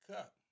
Cup